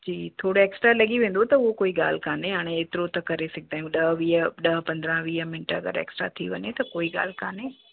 जी थोरा एक्स्ट्रा लॻी वेंदो त उहो कोई ॻाल्हि कोन्हे हाणे एतिरो त करे सघंदा आहियूं ॾह वीह ॾह पंद्राहं वीह मिन्ट अगरि एक्स्ट्रा थी वञे त कोई ॻाल्हि कोन्हे